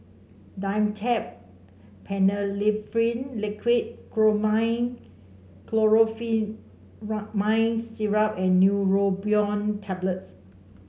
Dimetapp Phenylephrine Liquid Chlormine Chlorpheniramine Syrup and Neurobion Tablets